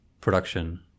production